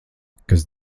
kas